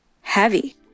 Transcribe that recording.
heavy